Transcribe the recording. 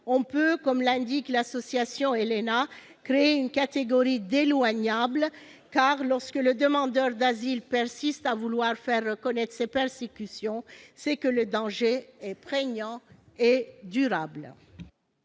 les termes de l'association ELENA, « créer une catégorie d'" éloignables ", car, lorsque le demandeur d'asile persiste à vouloir faire reconnaître ses persécutions, c'est que le danger est prégnant et durable